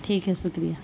ٹھیک ہے شکریہ